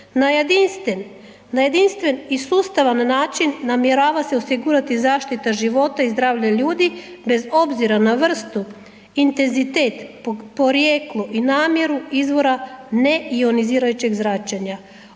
Na jedinstven i sustavan način namjerava se osigurati zaštita života i zdravlja ljudi bez obzira na vrstu, intenzitet, porijeklo i namjeru izvora neionizirajućeg zračenja.